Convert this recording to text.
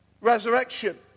resurrection